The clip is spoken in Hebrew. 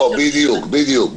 אוה, בדיוק.